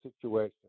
situation